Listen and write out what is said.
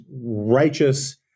righteous